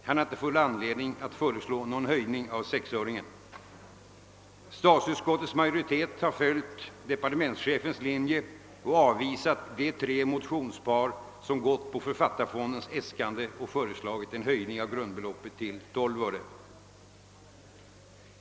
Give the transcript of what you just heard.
Han har inte funnit anledning föreslå någon höjning av sexöringen. Statsutskottets majoritet har följt departementschefens linje och avvisat de tre motionspar som biträtt författarfondens äskande och föreslagit en höjning av grundbeloppet till 12 öre.